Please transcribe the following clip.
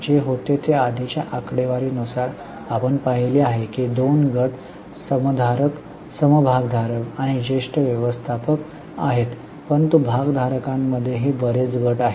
जे होते ते आधीच्या आकडेवारी नुसार आपण पाहिले आहे की दोन गट समभागधारक आणि ज्येष्ठ व्यवस्थापक आहेत परंतु भागधारकांमध्येही बरेच गट आहेत